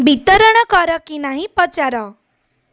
ବିତରଣ କର କି ନାହିଁ ପଚାର